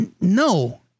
No